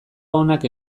onak